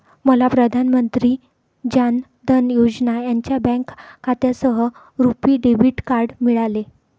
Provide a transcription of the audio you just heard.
मला प्रधान मंत्री जान धन योजना यांच्या बँक खात्यासह रुपी डेबिट कार्ड मिळाले